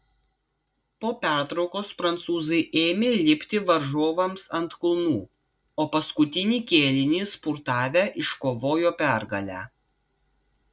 po pertraukos prancūzai ėmė lipti varžovams ant kulnų o paskutinį kėlinį spurtavę iškovojo pergalę